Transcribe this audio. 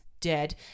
dead